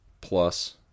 plus